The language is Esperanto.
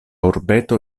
urbeto